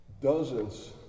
dozens